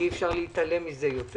אי אפשר להתעלם מזה יותר.